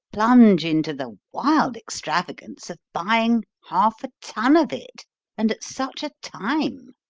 plunge into the wild extravagance of buying half a ton of it and at such a time?